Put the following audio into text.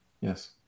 Yes